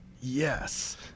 Yes